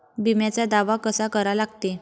बिम्याचा दावा कसा करा लागते?